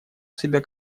себя